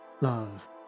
love